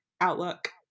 outlook